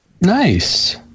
nice